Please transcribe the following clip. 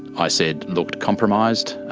i said, looked compromised.